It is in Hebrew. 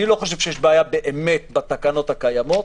אני לא חושב שיש בעיה באמת בתקנות הקיימות,